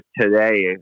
today